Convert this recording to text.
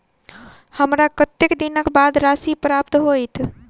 हमरा कत्तेक दिनक बाद राशि प्राप्त होइत?